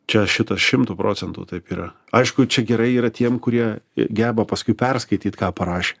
čia šitas šimtu procentų taip yra aišku čia gerai yra tiem kurie geba paskui perskaityt ką parašė